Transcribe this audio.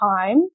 time